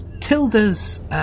Tilda's